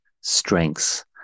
strengths